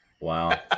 Wow